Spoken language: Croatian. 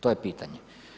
To je pitanje.